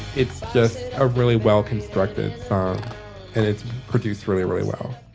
it's just a really well constructed song and it's produced really really well.